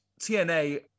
TNA